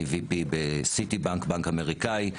אני VP בסיטי בנק, בנק אמריקאי.